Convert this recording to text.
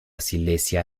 silesia